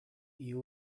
you